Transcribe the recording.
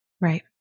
Right